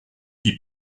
qui